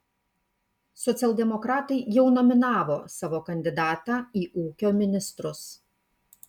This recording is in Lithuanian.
socialdemokratai jau nominavo savo kandidatą į ūkio ministrus